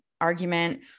argument